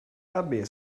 abby